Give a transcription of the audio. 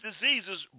diseases